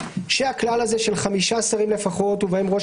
שהכלל הזה של חמישה שרים לפחות ובהם ראש